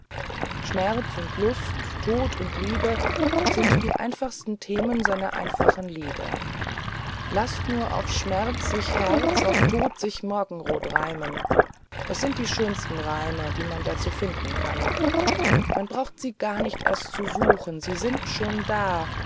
schmerz und lust tod und liebe sind die einfachsten themen seiner einfachen lieder laßt nur auf schmerz sich herz auf tod sich morgenrot reimen es sind die schönsten reime die man dazu finden kann man braucht sie gar nicht erst zu suchen sie sind schon da